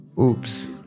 Oops